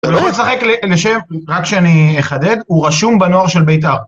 הוא לא משחק לשם, רק שאני אחדד, הוא רשום בנוער של ביתר.